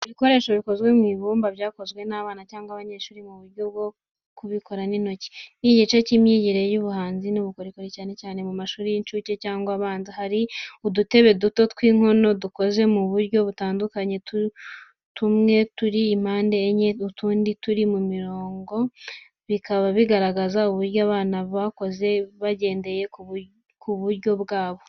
Ibikoresho bikozwe mu ibumba byakozwe n'abana cyangwa abanyeshuri, mu buryo bwo kubikora n'intoki. Ni igice cy’imyigire y’ubuhanzi n’ubukorikori, cyane cyane mu mashuri y’incuke cyangwa abanza. Hari udutebe duto tw’inkono dukoze mu buryo butandukanye tumwe turi impande enye, utundi tutari mu murongo, bikaba bigaragaza uburyo abana bakoze bagendeye ku buryo bwabo.